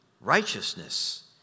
righteousness